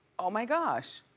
oh my gosh.